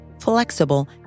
flexible